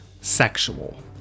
sexual